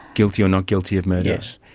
guilty or not guilty of murder? yes.